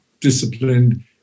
disciplined